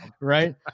right